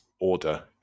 order